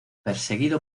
perseguido